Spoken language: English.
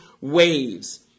waves